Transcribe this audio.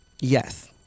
Yes